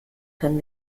können